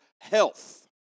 health